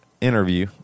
interview